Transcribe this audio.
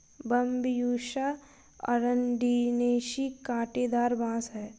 Bambusa arundinacea काँटेदार बाँस है